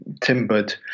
timbered